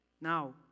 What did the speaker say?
Now